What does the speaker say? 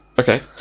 Okay